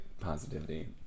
positivity